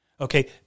Okay